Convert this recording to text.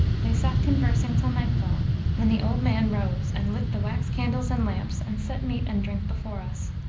they sat conversing till night fall when the old man rose and lit the wax candles and lamps and set meat and drink before us.